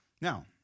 Now